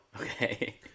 Okay